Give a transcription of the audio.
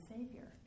Savior